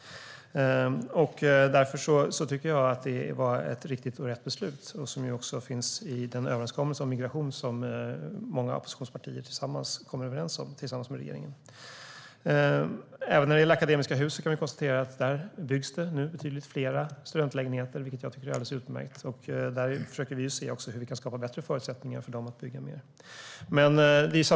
Därför tycker jag att det var ett riktigt och rätt beslut, som ju också finns i den överenskommelse om migration som många oppositionspartier kom överens med regeringen om. När det gäller Akademiska Hus kan vi konstatera att det nu byggs betydligt fler studentlägenheter, vilket jag tycker är alldeles utmärkt. Även där försöker vi se hur vi kan skapa bättre förutsättningar för dem att bygga mer.